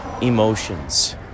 emotions